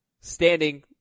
standing